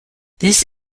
this